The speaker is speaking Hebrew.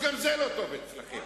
אז גם זה לא טוב אצלכם.